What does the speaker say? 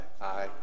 aye